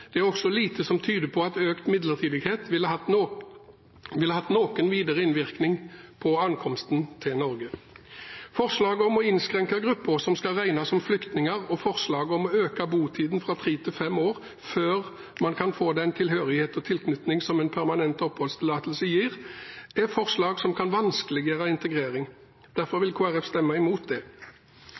Det er også lite som tyder på at økt midlertidighet ville hatt noen videre innvirkning på ankomsten til Norge. Forslaget om å innskrenke grupper som skal regnes som flyktninger, og forslaget om å øke botiden fra tre til fem år før man kan få den tilhørighet og tilknytning som en permanent oppholdstillatelse gir, er forslag som kan vanskeliggjøre integrering. Derfor vil Kristelig Folkeparti stemme imot det.